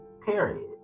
period